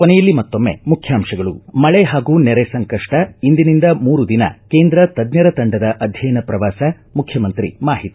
ಕೊನೆಯಲ್ಲಿ ಮತ್ತೊಮ್ಮೆ ಮುಖ್ಯಾಂಶಗಳು ಮಳೆ ಹಾಗೂ ನೆರೆ ಸಂಕಷ್ಟ ಇಂದಿನಿಂದ ಮೂರು ದಿನ ಕೇಂದ್ರ ತಜ್ಞರ ತಂಡದ ಅಧ್ಯಯನ ಪ್ರವಾಸ ಮುಖ್ಯಮಂತ್ರಿ ಮಾಹಿತಿ